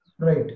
Right